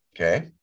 Okay